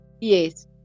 yes